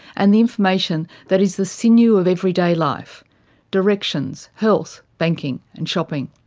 and the information that is the sinew of every day life directions, health, banking, and shopping.